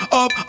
up